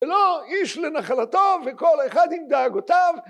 ‫אלא איש לנחלתו ‫וכל אחד עם דאגותיו.